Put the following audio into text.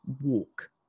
walk